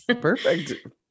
Perfect